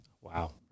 Wow